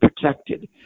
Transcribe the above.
protected